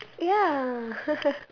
ya